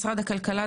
משרד הכלכלה,